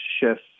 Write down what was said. shift